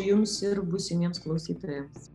jums ir būsimiems klausytojams